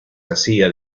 hacía